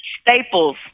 Staples